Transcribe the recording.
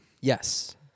Yes